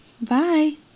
bye